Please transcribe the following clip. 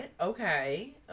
Okay